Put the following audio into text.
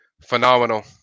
phenomenal